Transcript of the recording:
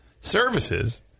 services